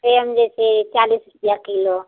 same जैसे चालीस रुपया किलो